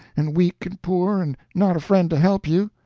and weak and poor, and not a friend to help you.